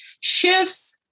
shifts